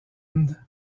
end